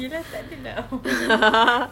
ya lah tak ada lah